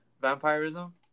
vampirism